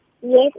Yes